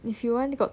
if you want got